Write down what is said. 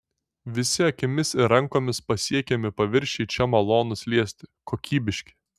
visi akimis ir rankomis pasiekiami paviršiai čia malonūs liesti kokybiški